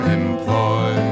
employ